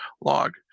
log